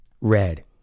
Red